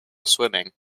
swimming